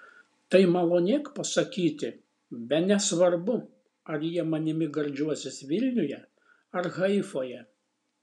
tai malonėk pasakyti bene svarbu ar jie manimi gardžiuosis vilniuje ar haifoje